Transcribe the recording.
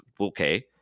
okay